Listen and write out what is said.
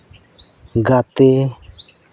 ᱜᱟᱛᱮ